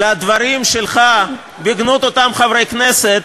לדברים שלך בגנות אותם חברי כנסת,